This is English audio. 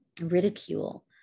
ridicule